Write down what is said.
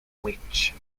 witch